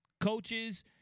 coaches